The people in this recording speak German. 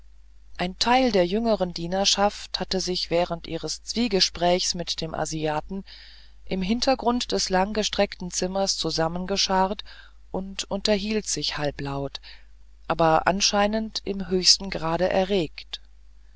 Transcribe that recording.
ein teil der jüngeren dienerschaft hatte sich während ihres zwiegesprächs mit dem asiaten im hintergrund des langgestreckten zimmers zusammengescharrt und unterhielt sich halblaut aber anscheinend im höchsten grade erregt